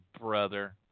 brother